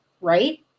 right